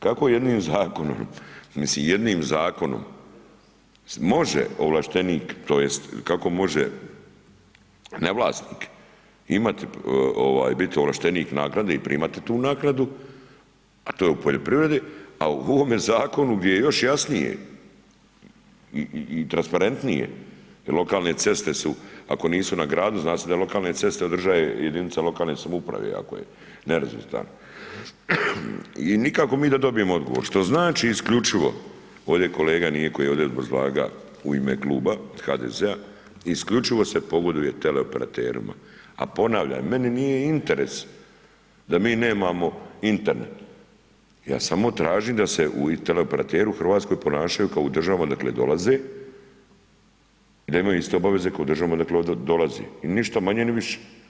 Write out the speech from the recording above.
Kako jednim zakonom, mislim jednim zakonom može ovlaštenik tj. kako može ne vlasnik imati, biti ovlaštenik naknade i primati tu naknadu a to je u poljoprivredi a u ovome zakonu gdje je još jasnije i transparentnije i lokalne ceste su, ako nisu na gradu, zna se da lokalne ceste održavaju jedinice lokalne samouprave ako ne nerazvrstana i nikako mi da dobijemo odgovor što znači isključivo ovdje kolega nije koji je ovdje obrazlagao u ime kluba HDZ-a, isključivo se pogoduje teleoperaterima a ponavljam, meni nije interes da mi nemamo Internet, ja samo tražim da se teleoperateri u Hrvatskoj ponašaju kao u državama odakle dolaze, da imaju iste obaveze kao u državama odakle dolaze i ništa ni manje ni više.